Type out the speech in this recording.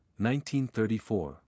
1934